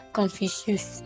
Confucius